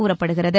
கூறப்படுகிறது